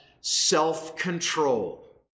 self-control